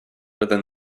within